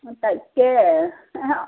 অঁ তাকে অঁ